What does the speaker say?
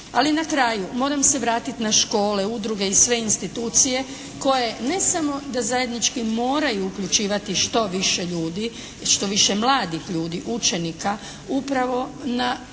Ali na kraju moram se vratiti na škole, udruge i sve institucije koje ne samo da zajednički moraju uključivati što više ljudi, što više mladih ljudi, učenika upravo u